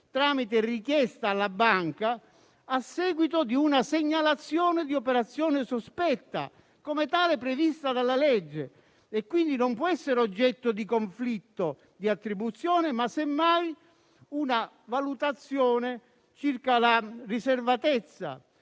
tramite richiesta alla banca, a seguito di una segnalazione di operazione sospetta, come tale prevista dalla legge. Quindi, non può essere oggetto di conflitto di attribuzione, ma, semmai, di una valutazione circa la riservatezza